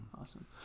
awesome